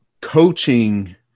coaching